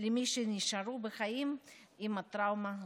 למי שנשארו בחיים עם הטראומה והעצב.